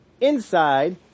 inside